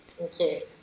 Okay